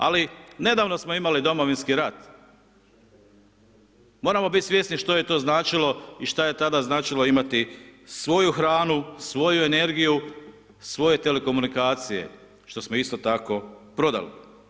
Ali nedavno smo imali Domovinski rat, moramo biti svjesni što je to značilo i šta je tada značilo imati svoju hranu, svoju energiju, svoj telekomunikacije, što smo isto tako prodali.